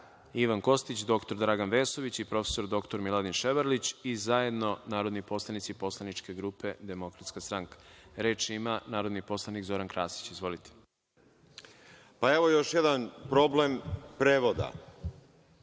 Ivan Kostić, dr Dragan Vesović i prof. dr Miladin Ševarlić i zajedno narodni poslanici Poslaničke grupe Demokratska stranka. Reč ima narodni poslanik Zoran Krasić. Izvolite. **Zoran Krasić** Još jedan